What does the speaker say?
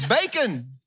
bacon